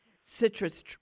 citrus